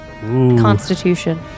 Constitution